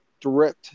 direct